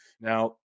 Now